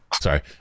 Sorry